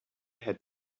had